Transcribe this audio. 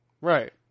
Right